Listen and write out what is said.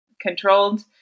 controlled